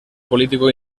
político